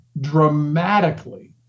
dramatically